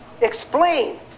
Explain